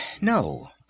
no